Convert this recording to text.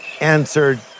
answered